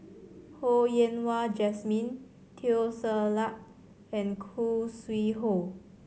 Ho Yen Wah Jesmine Teo Ser Luck and Khoo Sui Hoe